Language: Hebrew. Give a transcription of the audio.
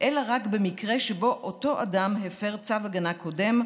אלא רק במקרה שבו אותו אדם הפר צו הגנה קודם,